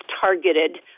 targeted